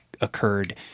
occurred